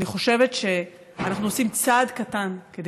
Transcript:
אני חושבת שאנחנו עושים צעד קטן כדי